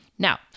Now